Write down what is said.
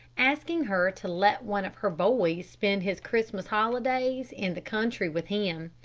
asking her to let one of her boys spend his christmas holidays in the country with him.